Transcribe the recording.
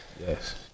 Yes